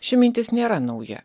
ši mintis nėra nauja